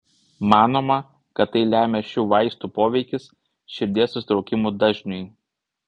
manoma kad tai lemia šių vaistų poveikis širdies susitraukimų dažniui